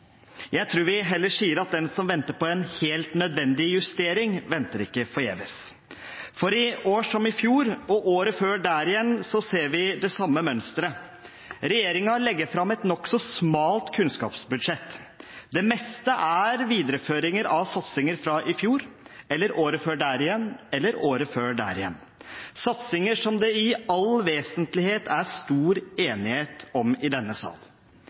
I år som i fjor, og året før der igjen, ser vi det samme mønsteret. Regjeringen legger fram et nokså smalt kunnskapsbudsjett. Det meste er videreføringer av satsinger fra i fjor, eller året før der igjen, eller året før der igjen – satsinger som det i all vesentlighet er stor enighet om i denne sal.